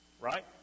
Right